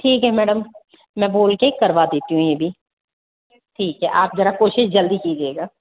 ठीक है मैडम मैं बोल के करवा देती हूँ ये भी ठीक है आप जरा कोशिश जल्दी कीजियेगा